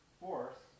force